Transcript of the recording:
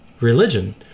religion